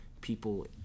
people